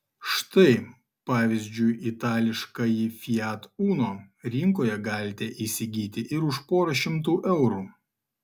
štai pavyzdžiui itališkąjį fiat uno rinkoje galite įsigyti ir už porą šimtų eurų